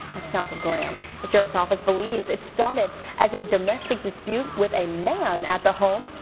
that's south of graham. the sheriff's office believes it started as a domestic dispute with a man at the home.